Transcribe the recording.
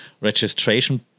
registration